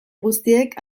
guztiek